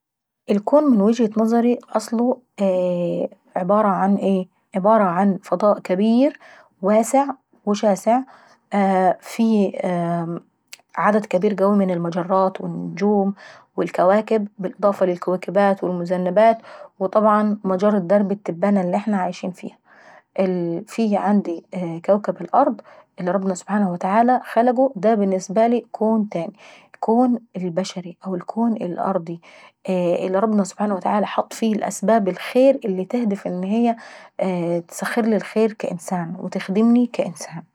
الكون من وجهة نظري اصله عبارة عن أيه؟ عبارة عن فضاء كابير واسع وشاسع، فيه عدد كابير قوي من المجرات والنجوم والكواكب، بالإضافة طبعا الى المذنبات والكويكبات ومجرة درب التبانة اللي احنا عايشين فيهيي. في عيندي كوكب الأرض اللي ربنا سبحانه وتعالى خلقه دا بالنسبة لي كون تاني. اكلون البشري أو الكون الارضي اللي ربنا سبحانه وتعالى حطلي فيه اسباب الخير اللي تهدف ان هي تسخرلي الخير كانسان وتخدمني كانسان.